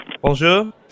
Bonjour